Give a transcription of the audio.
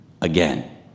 again